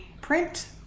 print